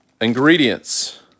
Ingredients